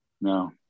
no